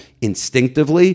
instinctively